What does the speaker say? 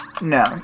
No